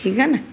ठीकु आहे न